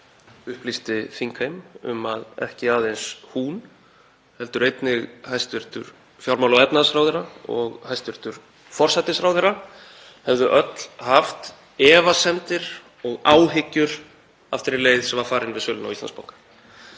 upplýsti þingheim um að ekki aðeins hún heldur einnig hæstv. fjármála- og efnahagsráðherra og hæstv. forsætisráðherra hefðu öll haft efasemdir og áhyggjur af þeirri leið sem var farin með sölunni á Íslandsbanka.